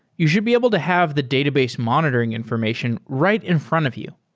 you should be able to have the database monitoring information right in front of you.